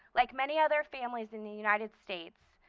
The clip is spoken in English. like many other families in the united states,